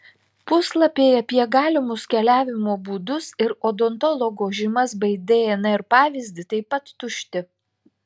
puslapiai apie galimus keliavimo būdus ir odontologo žymas bei dnr pavyzdį taip pat tušti